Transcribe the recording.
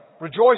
rejoice